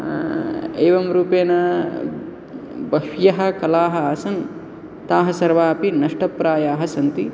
एवं रूपेण बह्व्यः कलाः आसन् ताः सर्वाऽपि नष्टप्रायाः सन्ति